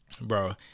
Bro